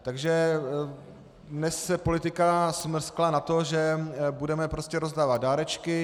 Takže dnes se politika smrskla na to, že budeme prostě rozdávat dárečky.